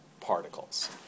particles